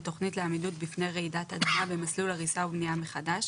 בתכנית לעמידות בפני רעידת אדמה במסלול הריסה ובנייה מחדש